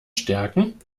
stärken